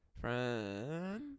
Friend